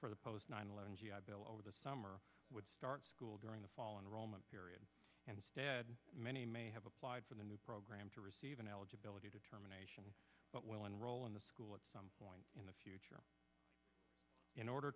for the post nine eleven g i bill over the summer would start school during the fall of the roman period instead many may have applied for the new program to receive an eligibility determination but will enroll in the school at some point in the future in order